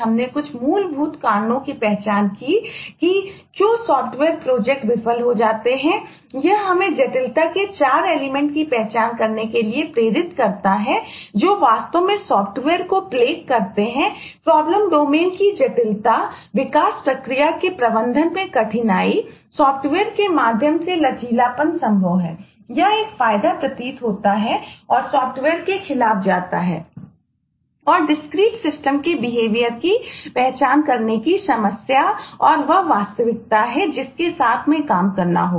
हम वास्तव में सॉफ्टवेयर के बिहेवियर की पहचान करने की समस्या और यह वास्तविकता है जिसके साथ में काम करना होगा